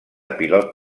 pilot